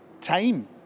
time